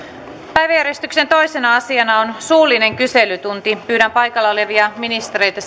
päiväjärjestyksen toisena asiana on suullinen kyselytunti pyydän paikalla olevia ministereitä